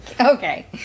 Okay